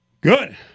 Good